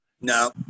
No